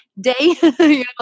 day